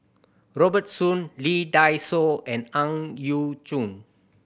Robert Soon Lee Dai Soh and Ang Yau Choon